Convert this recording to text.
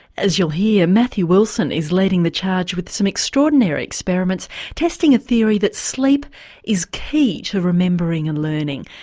as you'll hear, ah matthew wilson is leading the charge with some extraordinary experiments testing a theory that sleep is key to remembering and learning.